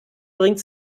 bringt